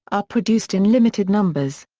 are produced in limited numbers.